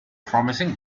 promising